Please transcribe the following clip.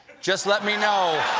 just let me know.